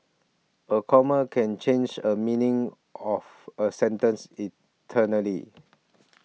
a comma can change a meaning of a sentence eternally